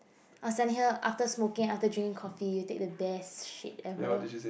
after smoking after drinking coffee you take the best shit ever